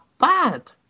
bad